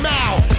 Mouth